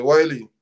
Wiley